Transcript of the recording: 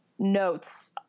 notes